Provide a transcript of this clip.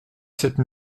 cette